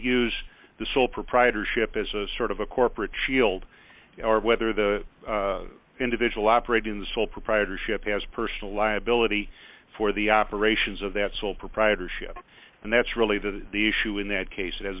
use the sole proprietorship as a sort of a corporate shield or whether the individual operating the sole proprietorship has personal liability for the operations of that sole proprietorship and that's really the issue in that case it has